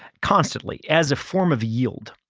constantly as a form of yield,